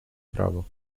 prawo